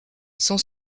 son